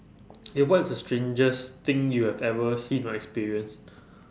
K what is the strangest thing you have ever seen or experienced